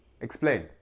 Explain